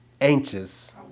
anxious